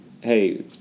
hey